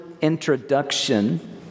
introduction